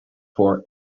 for